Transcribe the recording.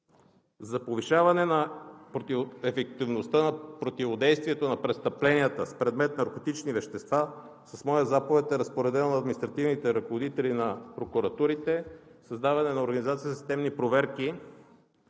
За повишаване на ефективността на противодействието на престъпленията с предмет „наркотични вещества“ с моя заповед е разпоредено на административните ръководители на прокуратурите създаване на организации за системни проверки